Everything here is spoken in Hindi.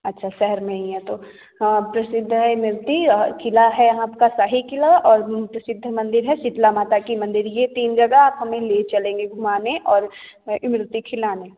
अच्छा शहर में ही है तो प्रसिद्ध इमरती और किला है आपका शाही किला और प्रसिद्ध मंदिर है शीतला माता का मंदिर ये तीन जगह आप हमें ले चलेंगे घूमाने और इमरती खिलाने